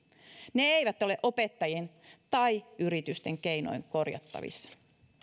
ne eivät ole opettajien tai yritysten keinoin korjattavissa